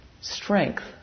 strength